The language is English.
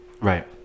Right